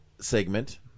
segment